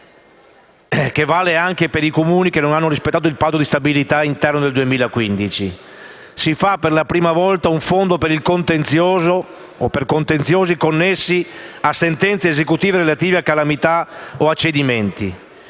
che vale anche per i Comuni che non hanno rispettato il patto di stabilità interno 2015. Si istituisce per la prima volta un Fondo per contenziosi connessi a sentenze esecutive relative a calamità o cedimenti.